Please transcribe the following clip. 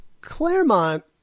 Claremont